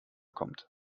kommt